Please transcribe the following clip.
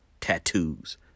tattoos